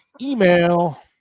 email